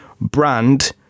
brand